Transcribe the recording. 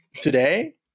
today